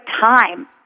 time